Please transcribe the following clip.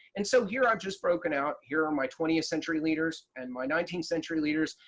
and so here i've just broken out here are my twentieth century leaders and my nineteenth century leaders.